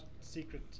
secret